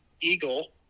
Eagle